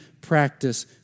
practice